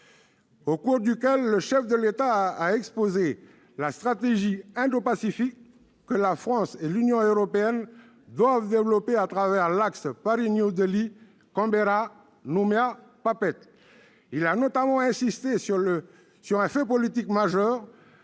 au cours duquel il a exposé « la stratégie indopacifique » que la France et l'Union européenne doivent développer à travers l'axe Paris-New Delhi-Canberra-Nouméa-Papeete. Le chef de l'État a notamment insisté sur un fait politique majeur